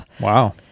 Wow